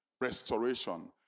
restoration